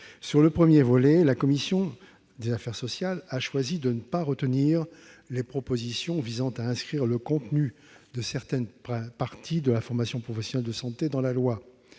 Sur ce premier volet, la commission des affaires sociales a choisi de ne pas retenir les propositions visant à inscrire le contenu de certaines parties de la formation des professionnels de santé dans la loi.